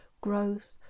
growth